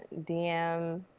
DM